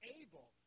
able